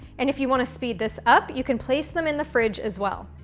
and, if you want to speed this up, you can place them in the fridge, as well.